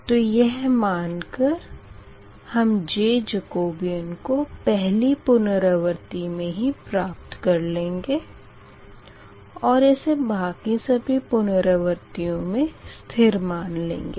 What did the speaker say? तो यह मान कर हम J जकोबीयन को पहली पुनरावर्ती मे ही प्राप्त कर लेंगे ओर इसे बाकी सभी पुनरवर्तियों मे स्थिर मान लेंगे